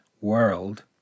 world